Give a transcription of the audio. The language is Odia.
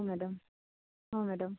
ହଁ ମ୍ୟାଡ଼ାମ୍